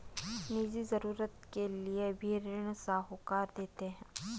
निजी जरूरत के लिए भी ऋण साहूकार देते हैं